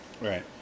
right